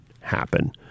happen